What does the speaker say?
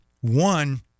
one